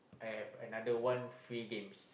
and another one free games